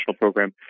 program